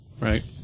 right